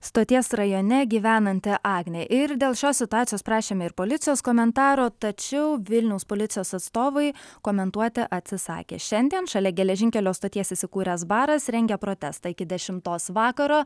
stoties rajone gyvenanti agnė ir dėl šios situacijos prašėme ir policijos komentaro tačiau vilniaus policijos atstovai komentuoti atsisakė šiandien šalia geležinkelio stoties įsikūręs baras rengia protestą iki dešimtos vakaro